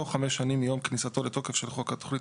תוך חמש שנים מיום כניסתו לתוקף של חוק התוכנית